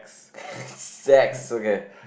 sex okay